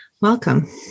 Welcome